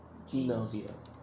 love it eh